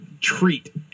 treat